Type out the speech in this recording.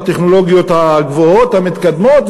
הטכנולוגיות הגבוהות המתקדמות,